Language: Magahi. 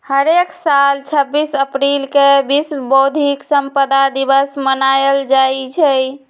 हरेक साल छब्बीस अप्रिल के विश्व बौधिक संपदा दिवस मनाएल जाई छई